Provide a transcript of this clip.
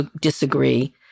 disagree